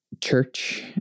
church